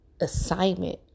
assignment